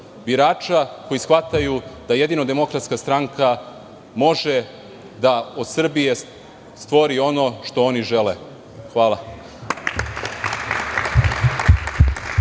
Birača koji shvataju da jedino DS može da od Srbije stvori ono što oni žele. Hvala.